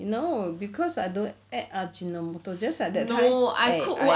no cause I don't add ajinomoto just like that